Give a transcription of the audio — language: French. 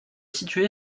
située